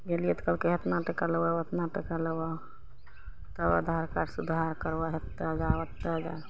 गेलियै तऽ कहलकय हे एतना टाका लेबऽ ओतना टाका लेबऽ तब आधार कार्ड सुधार करबऽ हेतय जा ओतऽ जा